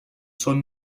són